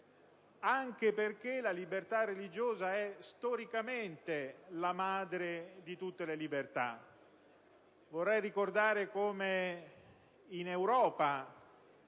anche perché la libertà religiosa è storicamente la madre di tutte le libertà. Ricordo che in Europa